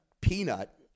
Peanut